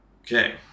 Okay